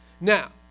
Now